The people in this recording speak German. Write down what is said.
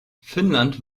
finnland